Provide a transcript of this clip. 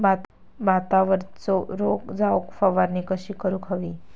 भातावरचो रोग जाऊक फवारणी कशी करूक हवी?